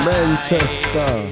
Manchester